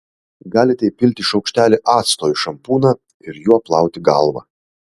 galite įpilti šaukštelį acto į šampūną ir juo plauti galvą